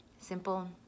Simple